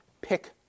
pick